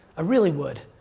really would.